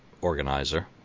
Organizer